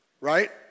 Right